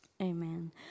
amen